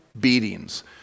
beatings